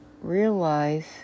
realize